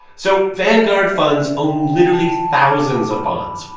so vanguard funds own literally thousands of bonds.